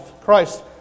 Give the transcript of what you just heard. Christ